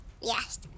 Yes